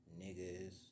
niggas